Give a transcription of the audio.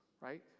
right